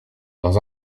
dans